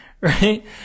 right